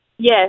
Yes